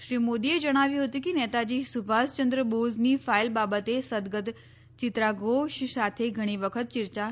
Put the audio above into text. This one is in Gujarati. શ્રી મોદીએ જણાવ્યું હતું કે નેતાજી સુભાષચંદ્ર બોઝની ફાઈલ બાબતે સદગત ચિત્રા ધોષ સાથે ઘણી વખત ચર્ચા કરી હતી